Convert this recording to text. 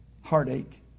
heartache